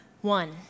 one